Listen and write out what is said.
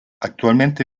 actualmente